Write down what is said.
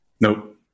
Nope